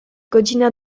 godzina